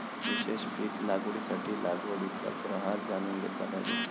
विशेष पीक लागवडीसाठी लागवडीचा प्रकार जाणून घेतला पाहिजे